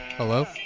Hello